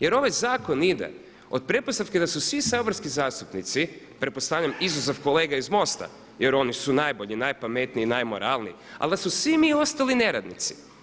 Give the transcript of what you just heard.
Jer ovaj zakon ide od pretpostavke da su svi saborski zastupnici pretpostavljam izuzev kolega iz MOST-a jer oni su najbolji, najpametniji i najmoralniji, ali da smo svi mi ostali neradnici.